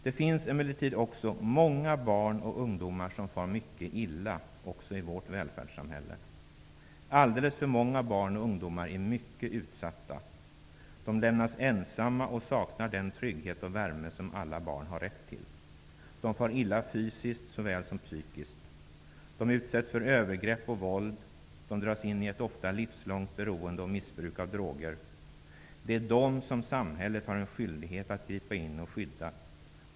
Det finns emellertid också många barn och ungdomar som far mycket illa, också i vårt välfärdssamhälle. Alldeles för många barn och ungdomar är mycket utsatta. De lämnas ensamma och saknar den trygghet och värme som alla barn har rätt till. De far illa fysiskt såväl som psykiskt. De utsätts för övergrepp och våld. De dras in i ett ofta livslångt beroende och missbruk av droger. Det är dem som samhället har en skyldighet att gripa in och skydda.